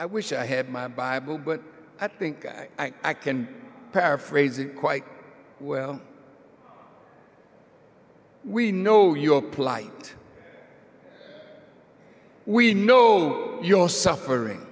i wish i had my bible but i think i i can paraphrase it quite well we know your plight we know your suffering